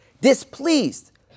displeased